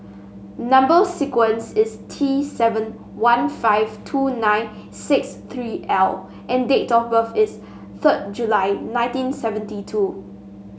number sequence is T seven one five two nine six three L and date of birth is third July nineteen seventy two